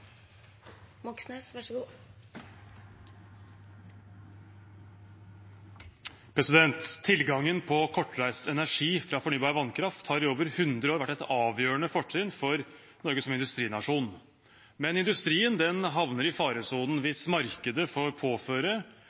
Tilgangen på kortreist energi fra fornybar vannkraft har i over 100 år vært et avgjørende fortrinn for Norge som industrinasjon. Men industrien havner i faresonen hvis markedet får påføre